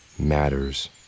matters